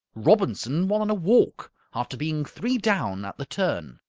robinson won in a walk, after being three down at the turn.